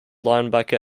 linebacker